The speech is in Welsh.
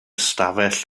stafell